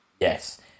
yes